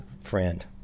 friend